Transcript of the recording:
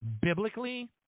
biblically